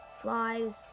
flies